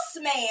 man